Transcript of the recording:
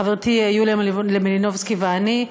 חברתי יוליה מלינובסקי ואני,